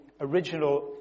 original